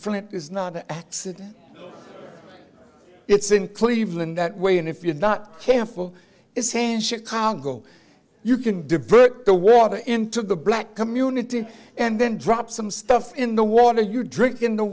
front is not an accident it's in cleveland that way and if you're not careful it's hands chicago you can divert the water into the black community and then drop some stuff in the water you drink in the